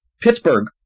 Pittsburgh